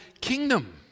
kingdom